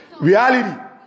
Reality